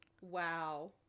Wow